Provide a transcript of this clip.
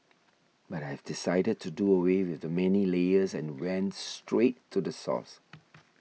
but I've decided to do away with the many layers and went straight to the source